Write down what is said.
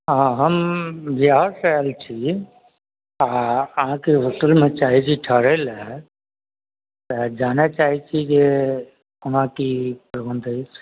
हाँ हम बिहारसँ आयल छी आ अहाँकेँ होटलमे चाहैत छी ठहरै ला तऽ जानऽ चाहैत छी कोना की प्रबन्ध अछि